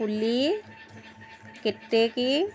কুলি কেতেকী